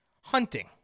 hunting